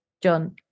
John